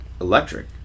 electric